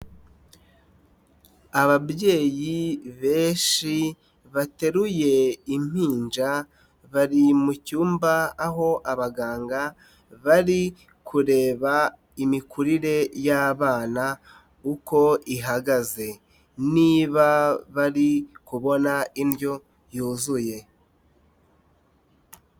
Ababyeyi benshi bateruye impinja bari mu cyumba aho abaganga bari kureba imikurire y'abana uko ihagaze, niba bari kubona indyo yuzuye.